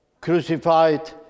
crucified